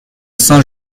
saint